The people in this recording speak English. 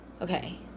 okay